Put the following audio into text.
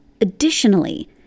Additionally